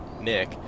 Nick